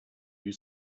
you